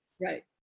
Right